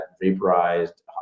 vaporized